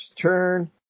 turn